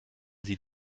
sie